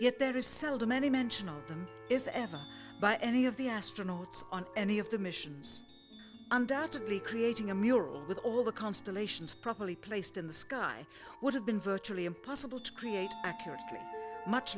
yet there is seldom any mention of them if ever by any of the astronauts on any of the missions undoubtedly creating a mural with all the constellations properly placed in the sky would have been virtually impossible to create accurately much